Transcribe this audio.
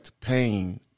pain